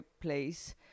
place